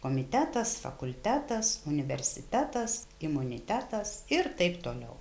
komitetas fakultetas universitetas imunitetas ir taip toliau